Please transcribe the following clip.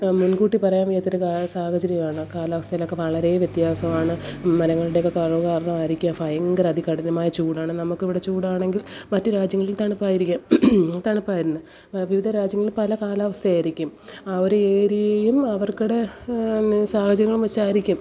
മുൻകൂട്ടി പറയാൻ വയ്യാത്തൊരു സാഹചര്യമാണ് കാലാവസ്ഥയിലൊക്കെ വളരെ വ്യത്യാസമാണ് മരങ്ങളുടെയൊക്കെ കുറവ് കാരണമായിരിക്കാം ഭയങ്കര അതികഠിനമായ ചൂടാണ് നമുക്ക് ഇവിടെ ചൂടാണെങ്കിൽ മറ്റു രാജ്യങ്ങളിൽ തണുപ്പായിരിക്കും തണുപ്പായിരുന്നു വിവിധ രാജ്യങ്ങളിൽ പല കാലാവസ്ഥ ആയിരിക്കും ആ ഒരു ഏരിയയും അവരുടെ സാഹചര്യങ്ങളും വച്ചായിരിക്കും